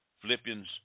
Philippians